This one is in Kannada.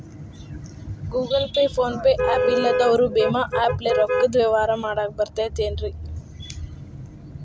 Google Pay, PhonePe app ಇಲ್ಲದವರು ಭೇಮಾ ಆ್ಯಪ್ ಲೇ ರೊಕ್ಕದ ವ್ಯವಹಾರ ಮಾಡಾಕ್ ಬರತೈತೇನ್ರೇ?